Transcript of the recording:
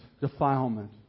Defilement